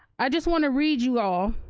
i just wanna read you all